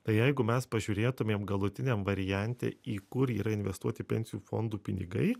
tai jeigu mes pažiūrėtumėm galutiniam variante į kur yra investuoti pensijų fondų pinigai